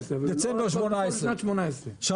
בדצמבר 2018,